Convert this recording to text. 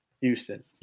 Houston